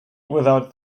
without